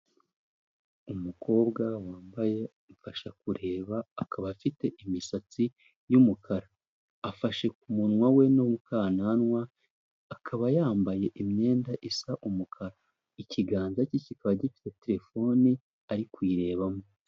Umukobwa wambaye umfasha kureba akaba afite imisatsi y'umukara afashe k'umunwa we nuw'akananwa akaba yambaye imyenda isa umukara, ikiganza cye kikaba gifite terefone ari kuyirebamo.